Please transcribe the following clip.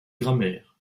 grammaire